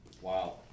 Wow